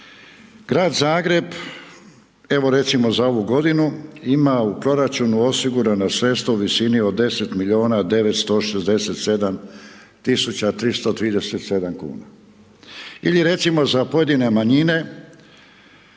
Grad Zagreb evo recimo za ovu godinu ima u proračunu osigurana sredstva u visini od 10 milijuna 967 tisuća 337 kuna, ili recimo za pojedine manjine,